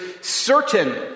certain